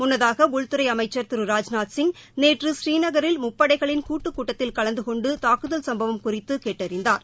முன்னதாக உள்துறை அமைச்சர் திரு ராஜ்நாத்சிங் நேற்று பழீநகில் முப்படைகளின் கூட்டுக் கூட்டத்தில் கலந்து கொண்டு தாக்குதல் சம்பவம் குறித்து கேட்டறிந்தார்